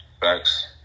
Thanks